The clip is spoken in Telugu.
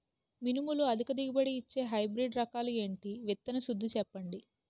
మినుములు అధిక దిగుబడి ఇచ్చే హైబ్రిడ్ రకాలు ఏంటి? విత్తన శుద్ధి చెప్పండి?